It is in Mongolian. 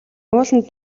ууланд